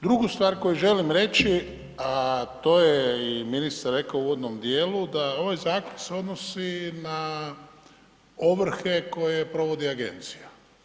Drugu stvar koju želim reći, a to je ministar rekao u uvodnom dijelu da se ovaj zakon odnosi na ovrhe koje provodi agencija.